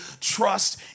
trust